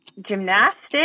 gymnastics